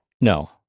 No